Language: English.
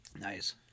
Nice